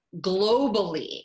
globally